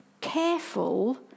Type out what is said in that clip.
careful